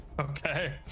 Okay